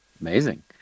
Amazing